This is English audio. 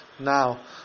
now